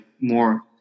more